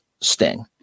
Sting